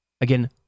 Again